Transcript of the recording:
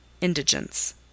indigence